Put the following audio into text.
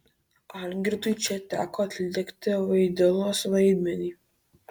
algirdui čia teko atlikti vaidilos vaidmenį